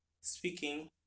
speaking